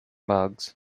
bugs